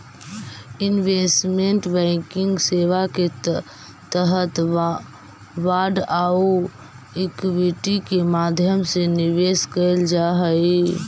investment banking सेवा के तहत बांड आउ इक्विटी के माध्यम से निवेश कैल जा हइ